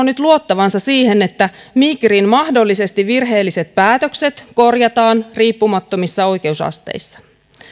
nyt luottavansa siihen että migrin mahdollisesti virheelliset päätökset korjataan riippumattomissa oikeusasteissa